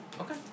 Okay